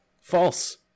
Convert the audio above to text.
False